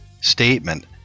statement